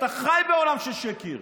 אתה חי בעולם של שקר.